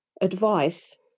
advice